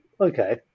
okay